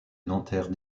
nanterre